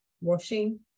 washing